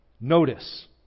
notice